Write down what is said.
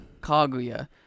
Kaguya